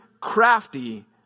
crafty